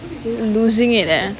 losing it eh